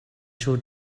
шүү